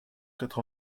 quatre